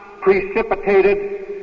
precipitated